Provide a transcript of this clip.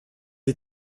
est